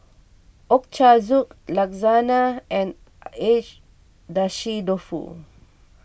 Ochazuke Lasagna and Agedashi Dofu